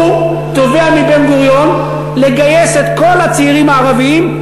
שהוא תובע מבן-גוריון לגייס את כל הצעירים הערבים,